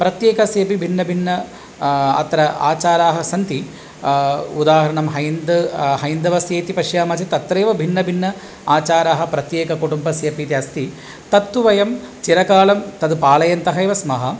प्रत्येकस्य अपि भिन्न भिन्न अत्र आचाराः सन्ति उदाहरणं हैन्द् हैन्दवस्य इति पश्यामः चेत् तत्रैव भिन्न भिन्न आचाराः प्रत्येक कुटुम्बस्यपि इति अस्ति तत्तु वयं चिरकालं तद् पालयन्तः एव स्मः